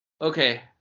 okay